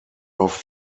oft